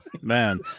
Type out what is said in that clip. Man